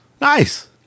Nice